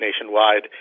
nationwide